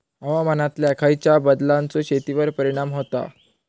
हवामानातल्या खयच्या बदलांचो शेतीवर परिणाम होता?